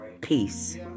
peace